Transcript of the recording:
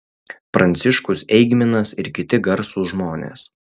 pranciškus eigminas ir kiti garsūs žmonės